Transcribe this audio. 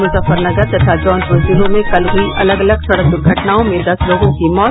मुजफ्फरनर तथा जौनपुर जिलों में कल हुई अलग अलग दुर्घटनाओं में दस लोगों की मौत